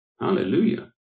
Hallelujah